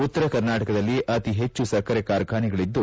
ಉತ್ತರ ಕರ್ನಾಟಕದಲ್ಲಿ ಅತೀ ಹೆಚ್ಚು ಸಕ್ಕರೆ ಕಾರ್ಖಾನೆಗಳದ್ದು